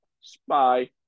Spy